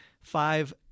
Five